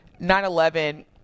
9-11